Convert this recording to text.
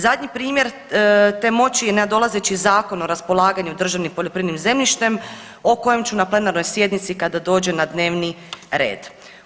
Zadnji primjer te moći je nadolazeći Zakon o raspolaganju državnim poljoprivrednim zemljištem o kojem ću na plenarnoj sjednici kada dođe na dnevni red.